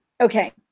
okay